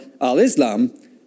al-Islam